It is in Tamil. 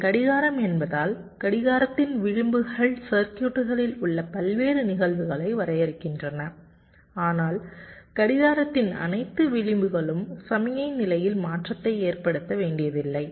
இது கடிகாரம் என்பதால் கடிகாரத்தின் விளிம்புகள் சர்க்யூட்களில் உள்ள பல்வேறு நிகழ்வுகளை வரையறுக்கின்றன ஆனால் கடிகாரத்தின் அனைத்து விளிம்புகளும் சமிக்ஞை நிலையில் மாற்றத்தை ஏற்படுத்த வேண்டியதில்லை